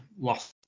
lost